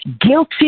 guilty